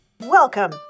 Welcome